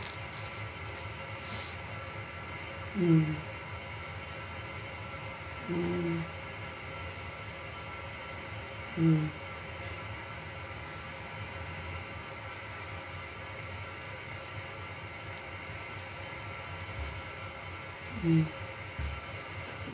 mm mm mm mm